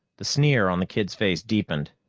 the sneer on the kid's face deepened.